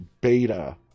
Beta